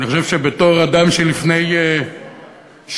אני חושב שבתור אדם שלפני שנה,